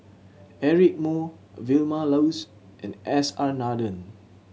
Eric Moo Vilma Laus and S R Nathan